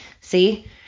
see